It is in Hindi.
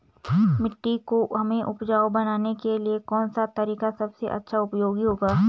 मिट्टी को हमें उपजाऊ बनाने के लिए कौन सा तरीका सबसे अच्छा उपयोगी होगा?